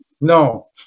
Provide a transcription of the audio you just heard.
No